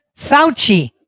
Fauci